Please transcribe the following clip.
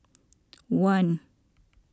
one